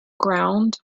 ground